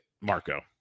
Marco